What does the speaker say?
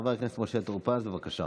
חבר הכנסת משה טור פז, בבקשה.